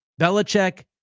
Belichick